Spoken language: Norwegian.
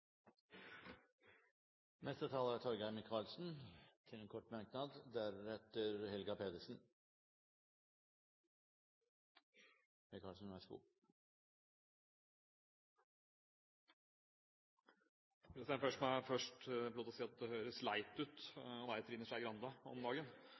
til en kort merknad, begrenset til 1 minutt. Først må jeg få lov til å si at det høres leit ut å være Trine Skei Grande om dagen.